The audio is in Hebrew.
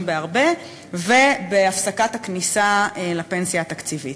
בהרבה ולהפסקת הכניסה לפנסיה התקציבית.